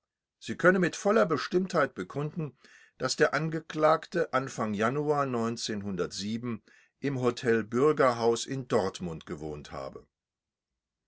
sie könne mit voller bestimmtheit bekunden daß der angeklagte anfang januar im hotel bürgerhaus in dortmund gewohnt habe